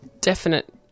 definite